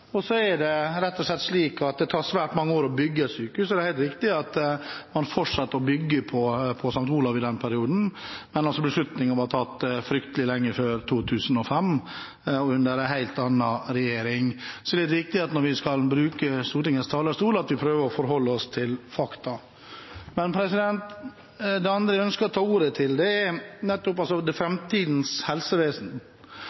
allerede. Så fikk man penger på bordet, og det er rett og slett slik at det tar svært mange år å bygge et sykehus. Det er helt riktig at man fortsatte å bygge på St. Olavs Hospital i denne perioden, men beslutningen var tatt fryktelig lenge før 2005 og under en helt annen regjering. Det er viktig, når man skal bruke Stortingets talerstol, at man prøver å forholde seg til fakta. Det andre jeg ønsker å ta ordet til, er nettopp framtidens helsevesen. I forliket med Kristelig Folkeparti og Venstre har det